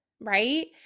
right